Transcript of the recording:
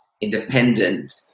independent